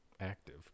Active